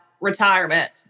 retirement